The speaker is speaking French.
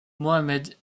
mohamed